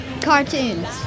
cartoons